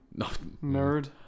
nerd